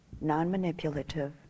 non-manipulative